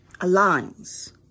aligns